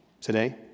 today